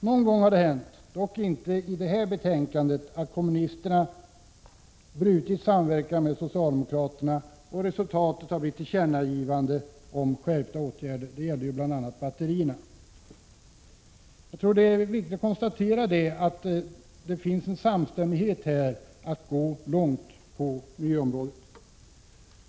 Någon gång har det hänt, dock inte i det här betänkandet, att kommunisterna brutit samverkan med socialdemokraterna, och resultatet har blivit — tillkännagivanden om skärpta åtgärder. Det gäller bl.a. batterierna. Jag tror att det är viktigt att konstatera att det finns en samstämmighet i fråga om att gå långt på miljöområdet.